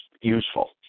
useful